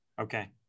Okay